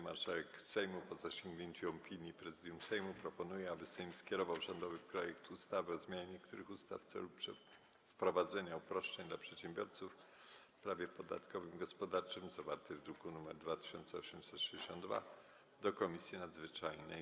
Marszałek Sejmu, po zasięgnięciu opinii Prezydium Sejmu, proponuje, aby Sejm skierował rządowy projekt ustawy o zmianie niektórych ustaw w celu wprowadzenia uproszczeń dla przedsiębiorców w prawie podatkowym i gospodarczym, zawarty w druku nr 2862, do Komisji Nadzwyczajnej.